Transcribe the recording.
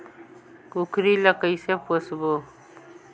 कूकरी ला कइसे पोसबो?